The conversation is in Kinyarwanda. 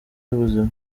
y’ubuzima